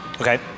Okay